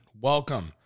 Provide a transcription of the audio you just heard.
Welcome